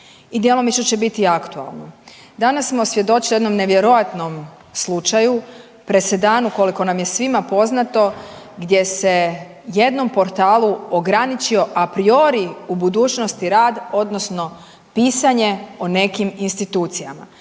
djelomično će biti aktualno. Danas smo svjedočili jednom nevjerojatnom slučaju, presedanu koliko nam je svima poznato gdje se jednom portalu ograničio a priori u budućnosti rad odnosno pisanje o nekim institucijama.